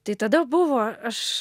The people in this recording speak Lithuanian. tai tada buvo aš